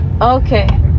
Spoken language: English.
Okay